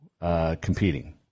competing